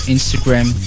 Instagram